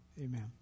Amen